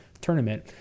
tournament